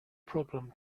problem